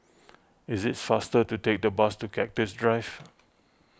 is it faster to take the bus to Cactus Drive